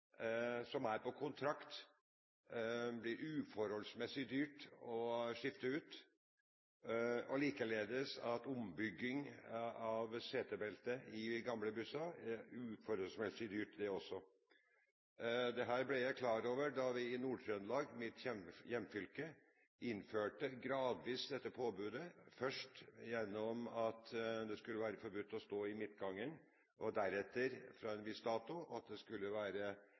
som er på kontrakt, blir uforholdsmessig dyre å skifte ut, og likeledes er ombygging med hensyn til setebelte i gamle busser uforholdsmessig dyrt også. Dette ble jeg klar over da vi i Nord-Trøndelag, mitt hjemfylke, gradvis innførte dette påbudet – først gjennom at det skulle være forbudt å stå i midtgangen, og deretter, fra en viss dato, at det skulle være